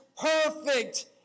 perfect